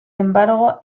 embargo